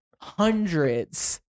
hundreds